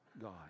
God